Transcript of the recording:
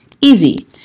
Easy